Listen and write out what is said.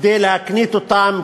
כדי להקניט אותם,